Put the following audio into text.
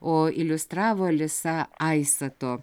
o iliustravo alisa aisato